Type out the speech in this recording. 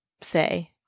say